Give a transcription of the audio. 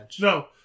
no